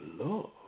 love